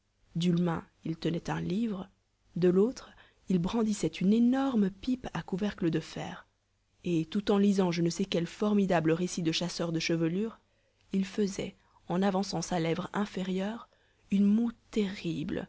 main il tenait un livre de l'autre il brandissait une énorme pipe à couvercle de fer et tout en lisant je ne sais quel formidable récit de chasseurs de chevelures il faisait en avançant sa lèvre inférieure une